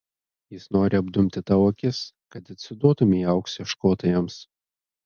jis nori apdumti tau akis kad atsiduotumei aukso ieškotojams